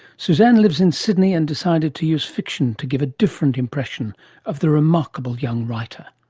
suzanne lives in sydney and decided to use fiction to give a different impression of the remarkable young writer.